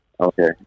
Okay